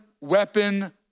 weapon